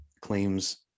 claims